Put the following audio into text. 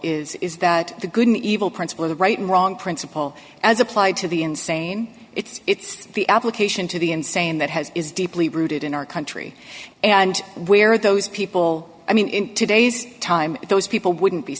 is is that the good and evil principle of right and wrong principle as applied to the insane it's the application to the end saying that has is deeply rooted in our country and where those people i mean in today's time those people wouldn't be